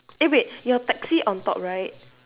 eh wait your taxi on top right